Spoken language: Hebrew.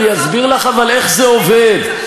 אני אסביר לך איך זה עובד.